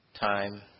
time